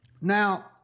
Now